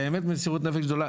באמת במסירות נפש גדולה.